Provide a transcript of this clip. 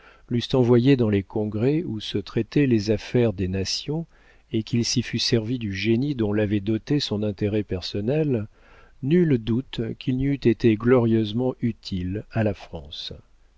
l'eussent envoyé dans les congrès où se traitaient les affaires des nations et qu'il s'y fût servi du génie dont l'avait doté son intérêt personnel nul doute qu'il n'y eût été glorieusement utile à la france